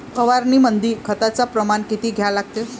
फवारनीमंदी खताचं प्रमान किती घ्या लागते?